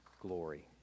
glory